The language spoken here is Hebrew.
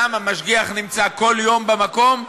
למה, משגיח נמצא כל יום במקום?